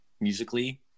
musically